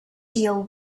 deal